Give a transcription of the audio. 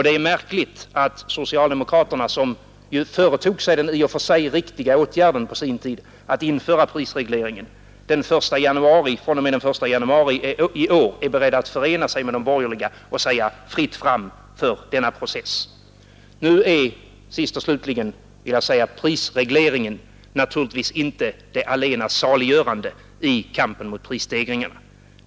Det är märkligt att socialdemokraterna, som vidtog den i och för sig riktiga åtgärden på sin tid att införa prisregleringen, fr.o.m. den 1 januari i år är beredda att förena sig med de borgerliga och säga fritt fram för denna process. Nu är sist och slutligen prisregleringen inte allena saliggörande i kampen mot prisstegringar.